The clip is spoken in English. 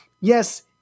yes